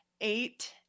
eight